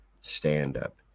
stand-up